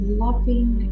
loving